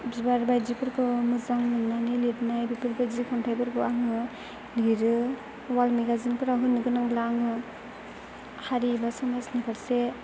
बिबार बायदिफोरखौ मोजां मोननानै लिरनाय बेफोरबायदि खन्थाइफोरखौ आङो लिरो वाल मेगाजिन फोराव होनो गोनांब्ला आङो हारि एबा समाजनि फार्से